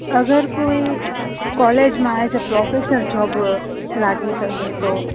અગર કોઈ કોલેજમાં એઝ અ પ્રોફેસર જોબ લાગી શકે તો